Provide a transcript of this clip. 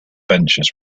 adventures